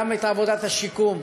גם את עבודת השיקום,